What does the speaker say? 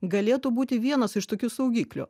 galėtų būti vienas iš tokių saugiklio